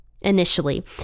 Initially